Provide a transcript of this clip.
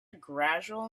gradual